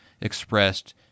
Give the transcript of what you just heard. expressed